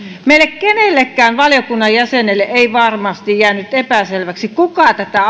meille kenellekään valiokunnan jäsenelle ei varmasti jäänyt epäselväksi kuka tätä